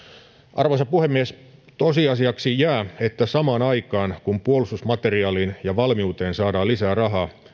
arvoisa puhemies tosiasiaksi jää että samaan aikaan kun puolustusmateriaaliin ja valmiuteen saadaan lisää rahaa